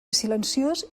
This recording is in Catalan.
silenciós